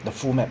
the full map